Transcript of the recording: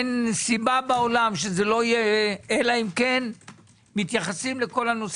אין סיבה בעולם שזה לא יהיה אלא אם כן מתייחסים לכל הנושא